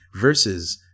versus